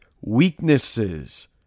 weaknesses